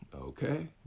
Okay